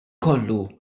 kollu